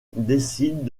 décident